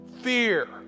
Fear